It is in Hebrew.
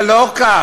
אצלנו זה לא כך.